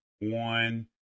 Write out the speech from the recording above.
one